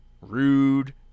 Rude